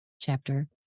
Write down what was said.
chapter